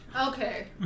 Okay